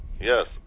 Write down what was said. Yes